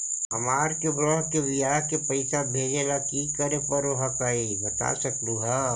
हमार के बह्र के बियाह के पैसा भेजे ला की करे परो हकाई बता सकलुहा?